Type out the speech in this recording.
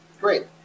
great